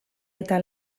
eta